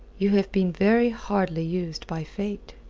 you have been very hardly used by fate.